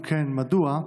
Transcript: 3. אם כן, מדוע?